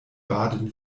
baden